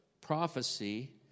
prophecy